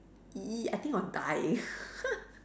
!ee! I think I'll die